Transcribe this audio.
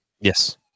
Yes